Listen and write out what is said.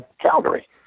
Calgary